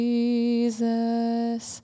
Jesus